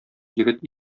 егет